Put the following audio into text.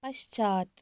पश्चात्